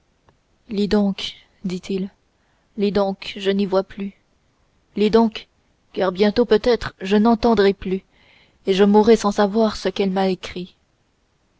donc dit-il lis donc je n'y vois plus lis donc car bientôt peut-être je n'entendrai plus et je mourrai sans savoir ce qu'elle m'a écrit